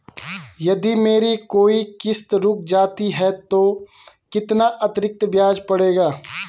यदि मेरी कोई किश्त रुक जाती है तो कितना अतरिक्त ब्याज पड़ेगा?